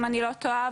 אם אני לא טועה.